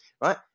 right